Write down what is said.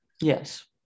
Yes